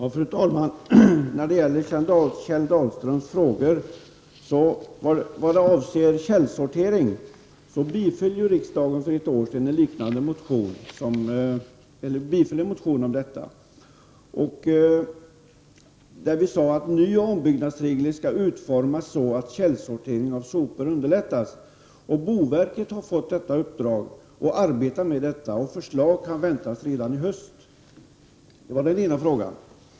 Herr talman! När det gäller Kjell Dahlströms frågor om källsortering vill jag bara säga att riksdagen för ett år sedan biföll en motion i det sammanhanget. Vi sade att nya ombyggnadsregler skall utarbetas, så att källsortering av sopor underlättas. Boverket har fått ett uppdrag och arbetar med detta. Förslag kan väntas redan i höst. Det var den ena frågan.